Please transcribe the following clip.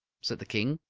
said the king.